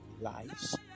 lives